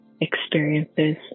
experiences